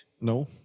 No